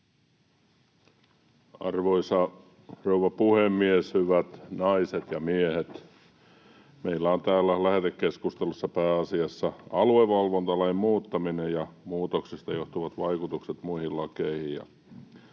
Arvoisa rouva puhemies! Hyvät naiset ja miehet! Meillä on täällä lähetekeskustelussa pääasiassa aluevalvontalain muuttaminen ja muutoksesta johtuvat vaikutukset muihin lakeihin.